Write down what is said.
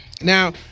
Now